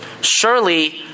surely